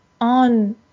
on